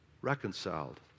reconciled